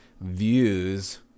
views